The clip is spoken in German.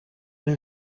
den